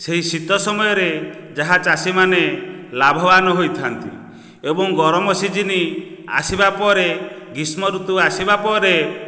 ଏହି ଶୀତ ସମୟରେ ଯାହା ଚାଷୀମାନେ ଲାଭବାନ ହୋଇଥାନ୍ତି ଏବଂ ଗରମ ସିଜିନ୍ ଆସିବା ପରେ ଗ୍ରୀଷ୍ମ ଋତୁ ଆସିବା ପରେ